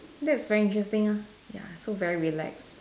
that's very interesting uh ya so very relaxed